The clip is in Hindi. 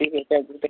ठीक है कर दे रहे